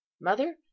mother